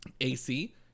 AC